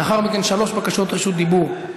לאחר מכן שלוש בקשות רשות דיבור,